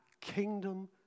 kingdom